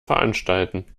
veranstalten